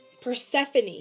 Persephone